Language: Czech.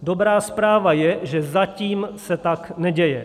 Dobrá zpráva je, že zatím se tak neděje.